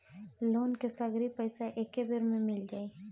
Loan के सगरी पइसा एके बेर में मिल जाई?